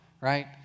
right